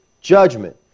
judgment